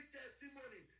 testimony